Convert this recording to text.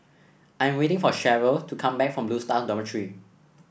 I am waiting for Cheryl to come back from Blue Stars Dormitory